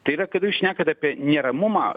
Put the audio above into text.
tai yra kada jūs šnekat apie neramumą